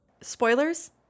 Spoilers